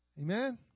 Amen